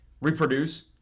reproduce